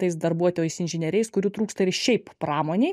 tais darbuotojais inžinieriais kurių trūksta ir šiaip pramonei